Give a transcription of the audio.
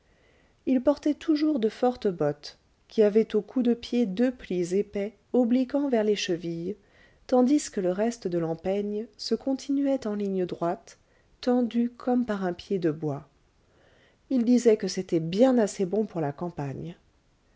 il portait toujours de fortes bottes qui avaient au cou depied deux plis épais obliquant vers les chevilles tandis que le reste de l'empeigne se continuait en ligne droite tendu comme par un pied de bois il disait que c'était bien assez bon pour la campagne